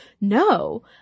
no